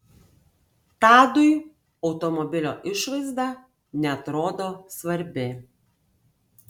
tadui automobilio išvaizda neatrodo svarbi